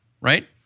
right